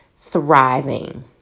thriving